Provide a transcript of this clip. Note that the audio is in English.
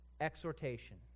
Exhortation